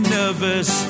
nervous